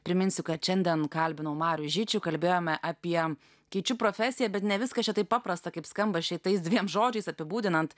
priminsiu kad šiandien kalbinau marių žičių kalbėjome apie keičiu profesiją bet ne viskas čia taip paprasta kaip skamba šitais dviem žodžiais apibūdinant